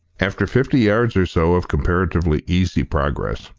after fifty yards or so of comparatively easy progress,